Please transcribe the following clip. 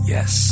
Yes